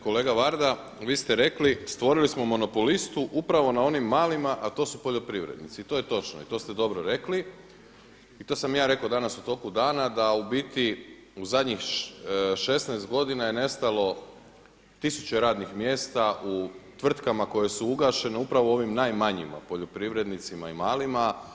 Kolega Varda, vi ste rekli stvorili smo monopolistu upravo na onim malima, a to su poljoprivrednici i to je točno, to ste dobro rekli i to sam ja rekao danas u toku dana da u biti u zadnjih 16 godina je nestalo tisuće radnih mjesta u tvrtkama koje su ugašene upravo u ovim najmanjima poljoprivrednicima i malima.